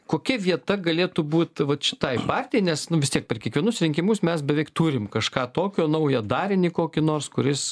kokia vieta galėtų būt vat šitai partijai nes nu vis tiek per kiekvienus rinkimus mes beveik turim kažką tokio naują darinį kokį nors kuris